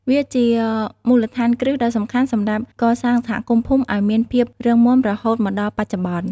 វាជាមូលដ្ឋានគ្រឹះដ៏សំខាន់សម្រាប់កសាងសហគមន៍ភូមិឱ្យមានភាពរឹងមាំរហូតមកដល់បច្ចុប្បន្ន។